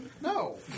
No